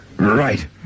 Right